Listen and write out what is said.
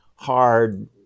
hard